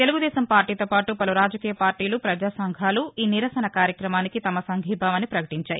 తెలుగుదేశం పార్లీతో పాటు పలు రాజకీయ పార్లీలు ప్రజాసంఘాలు ఈనిరసన కార్యక్రమానికి తమ సంఘీభావాన్ని పకటించాయి